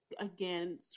again